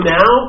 now